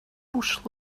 bush